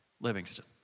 Livingston